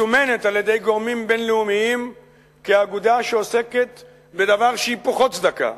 המסומנת על-ידי גורמים בין-לאומיים כאגודה שעוסקת בדבר שהיפוכו צדקה,